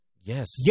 yes